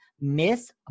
Miss